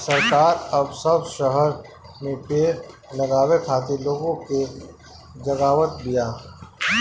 सरकार अब सब शहर में पेड़ लगावे खातिर लोग के जगावत बिया